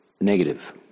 negative